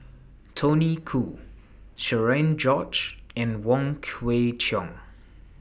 Tony Khoo Cherian George and Wong Kwei Cheong